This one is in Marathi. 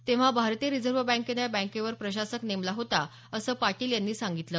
तेव्हा भारतीय रिजव्ह बँकेनं या बँकेवर प्रशासक नेमला होता असं पाटील यांनी सांगितलं